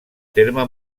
terme